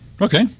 Okay